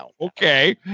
okay